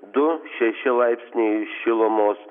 du šeši laipsniai šilumos